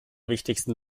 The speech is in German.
wichtigsten